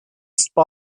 spy